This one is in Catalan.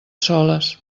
soles